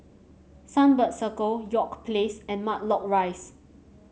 Sunbird Circle York Place and Matlock Rise